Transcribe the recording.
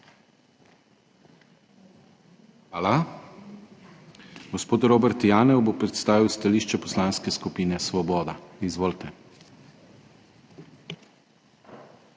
Hvala. Gospod Robert Janev bo predstavil stališče Poslanske skupine Svoboda. Izvolite.